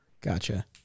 Gotcha